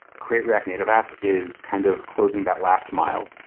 create react native app is kind of closing that last mile.